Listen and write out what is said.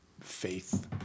faith